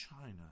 China